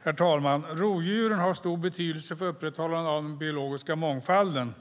Herr talman! Rovdjuren har stor betydelse för upprätthållandet av den biologiska mångfalden.